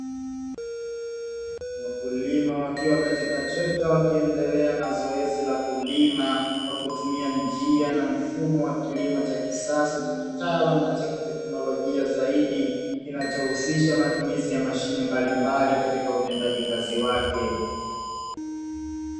Wakulima wakiwa katika trekta wakiendelea na zoezi la kulima kwa kutumia njia na mfumo wa kilimo cha kisasa cha kitaalamu na cha kiteknolojia zaidi, kinachohusisha matumizi ya mashine mbalimbali katika utendaji kazi wake.